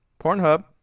Pornhub